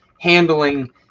handling